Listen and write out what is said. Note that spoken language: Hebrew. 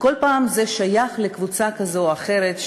וכל פעם זה שייך לקבוצה כזו או אחרת,